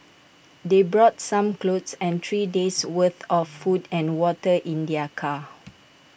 they brought some clothes and three days worth of food and water in their car